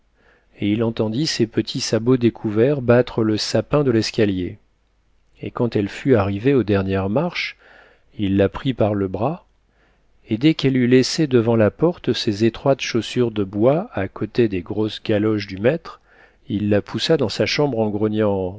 et il entendit ses petits sabots découverts battre le sapin de l'escalier et quand elle fut arrivée aux dernières marches il la prit par le bras et dès qu'elle eut laissé devant la porte ses étroites chaussures de bois à côté des grosses galoches du maître il la poussa dans sa chambre en grognant